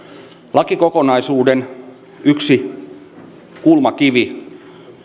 lakikokonaisuuden yksi kulmakivi